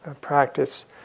practice